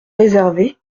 réservé